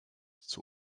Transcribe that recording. zur